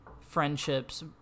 friendships